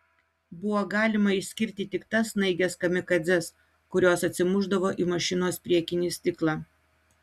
buvo galima išskirti tik tas snaiges kamikadzes kurios atsimušdavo į mašinos priekinį stiklą